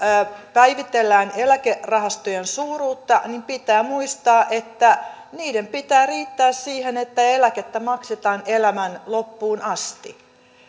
päivitellään eläkerahastojen suuruutta niin pitää muistaa että niiden pitää riittää siihen että eläkettä maksetaan elämän loppuun asti